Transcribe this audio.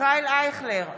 ישראל אייכלר,